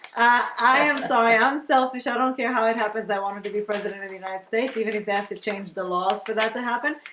i am sorry, i'm selfish. i don't care how it happens i wanted to be president of the united states even if they have to change the laws for that to happen,